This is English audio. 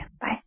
Bye